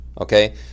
okay